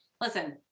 listen